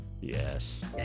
yes